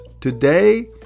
Today